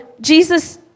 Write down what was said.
Jesus